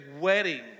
wedding